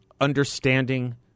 understanding